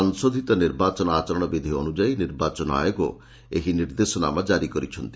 ସଂଶୋଧୂତ ନିର୍ବାଚନ ଆଚରଣ ବିଧୂ ଅନୁଯାୟୀ ନିର୍ବାଚନ ଆୟୋଗ ଏହି ନିର୍ଦ୍ଦେଶାନାମା ଜାରି କରିଛନ୍ତି